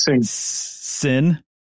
sin